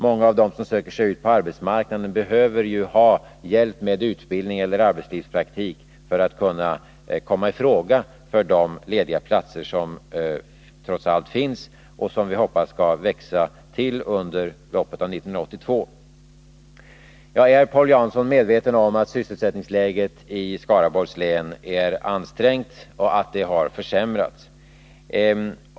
Många av dem som söker sig ut på arbetsmarknaden är ju i behov av hjälp med utbildning eller arbetslivspraktik för att kunna komma i fråga när det gäller de lediga platser som trots allt finns och som vi hoppas skall växa i antal under loppet av 1982. Jagär, Paul Jansson, medveten om att sysselsättningsläget i Skaraborgs län är ansträngt och att det har försämrats.